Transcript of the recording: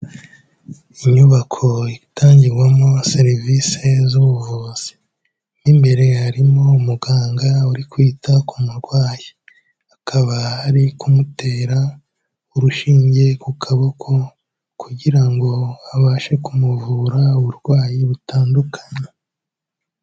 Inyubako itangirwamo serivisi z'ubuvuzi, mo imbere harimo umuganga uri kwita ku murwayi, akaba ari kumutera urushinge ku kaboko, kugira ngo abashe kumuvura uburwayi butandukanye.